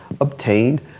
obtained